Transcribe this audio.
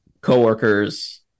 coworkers